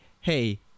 hey